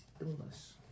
illness